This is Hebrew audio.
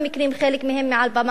חלק מהם מעל במת הכנסת,